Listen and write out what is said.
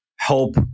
help